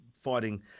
fighting